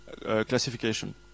classification